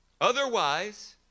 Otherwise